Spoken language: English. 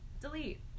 delete